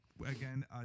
Again